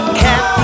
cat